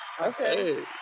Okay